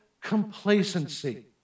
complacency